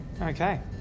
Okay